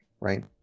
right